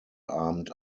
abend